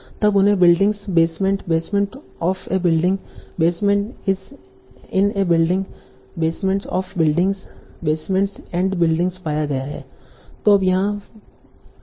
तब उन्हें buildings basement basement of a building basement in a building basements of buildings basements and buildings पाया गया है